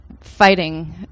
fighting